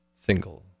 single